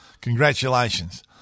Congratulations